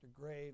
grave